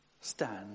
stand